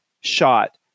shot